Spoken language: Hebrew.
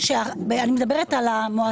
למה הם לא כאן הערב?